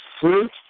fruit